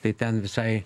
tai ten visai